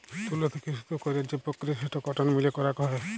তুলো থেক্যে সুতো কইরার যে প্রক্রিয়া সেটো কটন মিলে করাক হয়